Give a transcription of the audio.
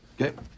Okay